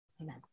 Amen